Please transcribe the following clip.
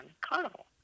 Carnival